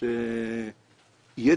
שיהיה